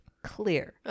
Clear